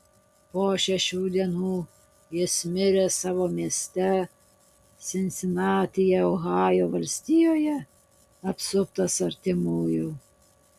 po šešių dienų jis mirė savo mieste sinsinatyje ohajo valstijoje apsuptas artimųjų